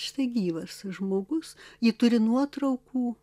štai gyvas žmogus ji turi nuotraukų